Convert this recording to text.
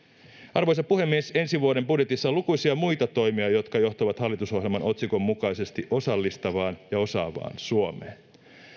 arvoisa puhemies ensi vuoden budjetissa on lukuisia muita toimia jotka johtavat hallitusohjelman otsikon mukaisesti osallistavaan ja osaavaan suomeen